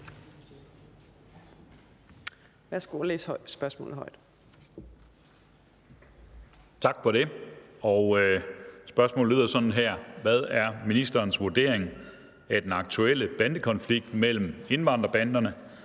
Tak for det. Spørgsmålet lyder sådan her: Hvad er ministerens vurdering af den aktuelle bandekonflikt mellem indvandrerbanderne,